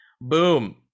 Boom